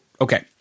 Okay